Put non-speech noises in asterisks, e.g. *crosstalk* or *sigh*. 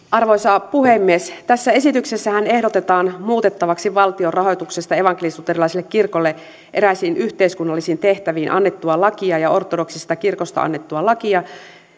*unintelligible* arvoisa puhemies tässä esityksessähän ehdotetaan muutettavaksi valtion rahoituksesta evankelisluterilaiselle kirkolle eräisiin yhteiskunnallisiin tehtäviin annettua lakia ja ortodoksisesta kirkosta annettua lakia